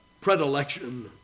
predilection